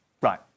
Right